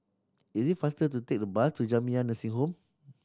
it is faster to take the bus to Jamiyah Nursing Home